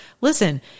Listen